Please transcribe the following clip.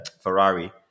Ferrari